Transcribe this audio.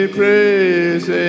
praise